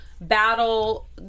battle